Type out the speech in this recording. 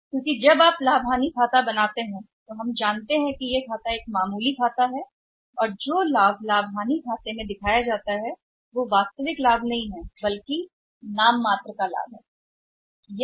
क्योंकि जब आप लाभ और हानि को तैयार करते हैं खाता यहां कहता है कि हम सभी जानते हैं कि लाभ और हानि खाता एक मामूली खाता और लाभ है जो लाभ और हानि खाते द्वारा दिखाया गया है वह वास्तविक लाभ नहीं है जो नाममात्र है लाभ सही है